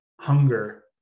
hunger